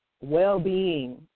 Well-being